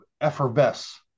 effervesce